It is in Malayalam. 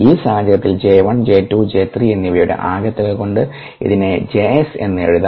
ഈ സാഹചര്യത്തിൽ J 1 J 2 J 3 എന്നിവയുടെ ആകെത്തുക കൊണ്ട് ഇതിനെ Js എന്ന് എഴുതാം